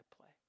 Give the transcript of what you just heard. play